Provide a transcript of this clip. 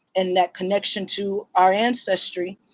and that connection to our ancestry.